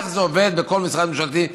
כך זה עובד בכל משרד ממשלתי.